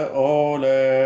ole